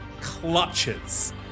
clutches